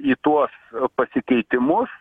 į tuos pasikeitimus